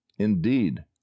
Indeed